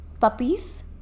puppies